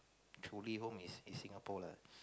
truly home is is Singapore lah